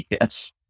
Yes